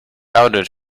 outed